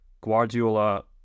Guardiola